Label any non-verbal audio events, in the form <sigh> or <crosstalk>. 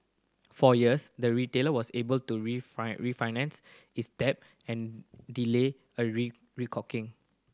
for years the retailer was able to <unintelligible> refinance its debt and delay a <unintelligible> reckoning